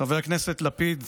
חבר הכנסת לפיד,